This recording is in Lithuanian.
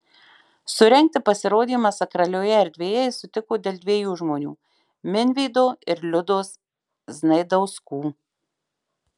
surengti pasirodymą sakralioje erdvėje jis sutiko dėl dviejų žmonių minvydo ir liudos znaidauskų